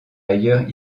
ailleurs